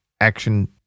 action